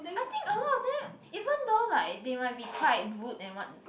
I think a lot of them even though like they might be quite rude and what